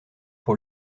pour